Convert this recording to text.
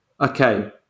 okay